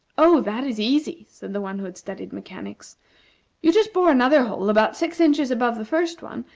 oh, that is easy, said the one who had studied mechanics you just bore another hole about six inches above the first one,